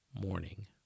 Morning